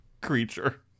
creature